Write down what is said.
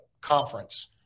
conference